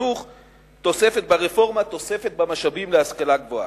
תוספת ברפורמה, תוספת במשאבים להשכלה גבוהה.